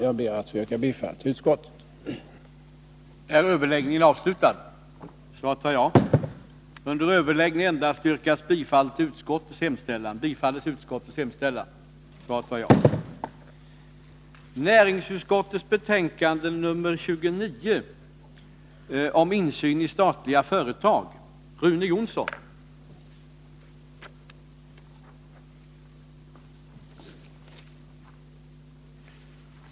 Jag ber att få yrka bifall till utskottets hemställan.